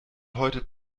heute